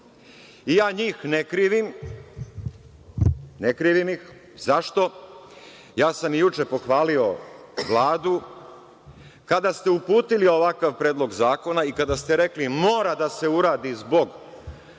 i ja njih ne krivim, ne krivim ih. Zašto? Ja sam juče pohvalio Vladu, kada ste uputili ovakav predlog zakona i kada ste rekli mora da se uradi zbog SSP,